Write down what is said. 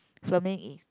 filming